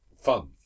fun